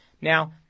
Now